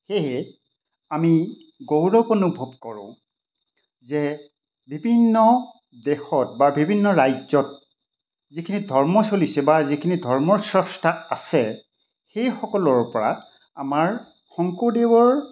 সেয়েহে আমি গৌৰৱ অনুভৱ কৰোঁ যে বিভিন্ন দেশত বা বিভিন্ন ৰাজ্যত যিখিনি ধৰ্ম চলিছে বা যিখিনি ধৰ্মৰ স্ৰষ্টা আছে সেইসকলৰ পৰা আমাৰ শংকৰদেৱৰ